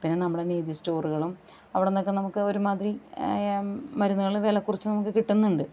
പിന്നെ നമ്മളെ നീതി സ്റ്റോറുകളും അവിടുന്നൊക്കെ നമുക്ക് ഒരുമാതിരി മരുന്നുകൾ വില കുറച്ച് നമുക്ക് കിട്ടുന്നുണ്ട്